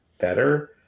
better